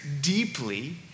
deeply